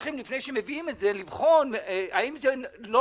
לפני שהם מביאים את זה הם היו צריכים לבחון האם זה לא